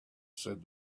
said